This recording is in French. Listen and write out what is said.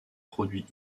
produits